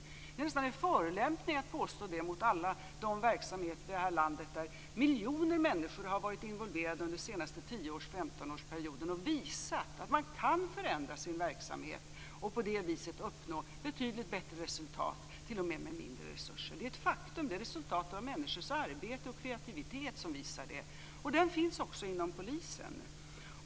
Att påstå det är nästan en förolämpning mot alla de verksamheter i landet där miljoner människor under de senaste 10-15-årsperioden visat att man kan förändra sin verksamhet och på så sätt uppnå betydligt bättre resultat, t.o.m. med mindre resurser. Detta är ett faktum - det visar resultatet av människors arbete och kreativitet. Det finns också inom polisen.